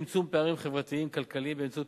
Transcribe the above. צמצום פערים חברתיים כלכליים באמצעות